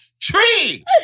tree